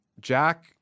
Jack